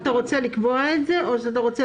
אתה רוצה לקבוע את זה בתקנות?